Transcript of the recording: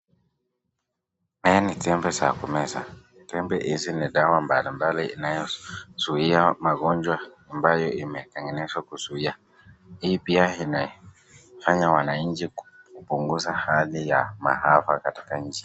Haya ni tembe za kumeza. Tembe hizi ni dawa mbali mbali zinazo zuia magonjwa ambayo imetengeneza kuzuia .Hii pia inafanya wananchi kupunguza hadhi ya mahaba katika nchi.